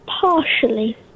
partially